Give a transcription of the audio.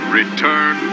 return